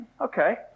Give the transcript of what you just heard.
okay